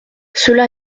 cela